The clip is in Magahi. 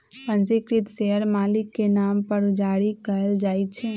पंजीकृत शेयर मालिक के नाम पर जारी कयल जाइ छै